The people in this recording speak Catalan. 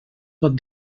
pot